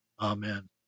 Amen